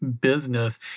business